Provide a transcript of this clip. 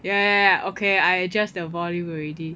ya ya ya okay I adjust the volume already